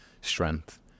strength